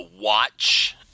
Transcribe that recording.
watch